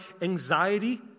anxiety